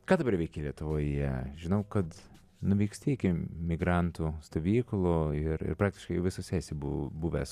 ką dabar veiki lietuvoje žinau kad nuvyksti iki migrantų stovyklų ir ir praktiškai visose esi bu buvęs